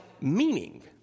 meaning